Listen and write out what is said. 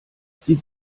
sie